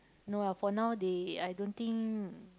no ah for now they I don't think